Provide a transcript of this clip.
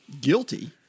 Guilty